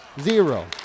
Zero